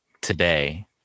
today